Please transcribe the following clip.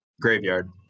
graveyard